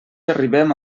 arribem